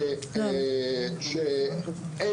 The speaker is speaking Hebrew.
שאין